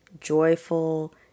joyful